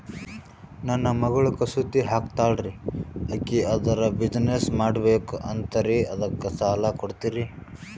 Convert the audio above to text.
ನನ್ನ ಮಗಳು ಕಸೂತಿ ಹಾಕ್ತಾಲ್ರಿ, ಅಕಿ ಅದರ ಬಿಸಿನೆಸ್ ಮಾಡಬಕು ಅಂತರಿ ಅದಕ್ಕ ಸಾಲ ಕೊಡ್ತೀರ್ರಿ?